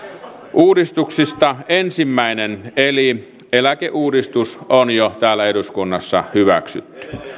uudistuksista ensimmäinen eli eläkeuudistus on jo täällä eduskunnassa hyväksytty